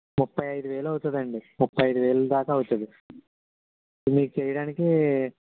ముప్పై ఐదు వేలు అవుతుంది అండి ముప్పై ఐదు వేల దాకా అవుతుంది మీకు చెయడానికే